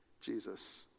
Jesus